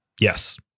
Yes